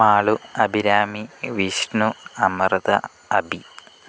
aloo Abhirami Vishnu Amrutha Abhi